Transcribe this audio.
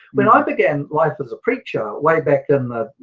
when i began life as a preacher way back in the